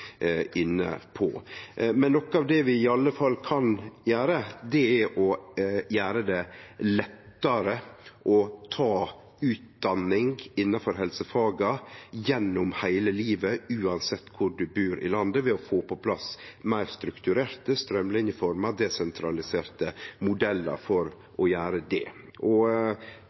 inne på. Noko av det vi i alle fall kan gjere, er å gjere det lettare å ta utdanning innanfor helsefaga gjennom heile livet, uansett kvar ein bur i landet, ved å få på plass meir strukturerte, straumlineforma og desentraliserte modellar for å gjere det.